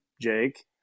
Jake